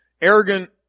arrogant